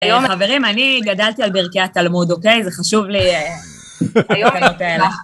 היום. חברים, אני גדלתי על ברכי התלמוד, אוקיי? זה חשוב לי... דברים כאלה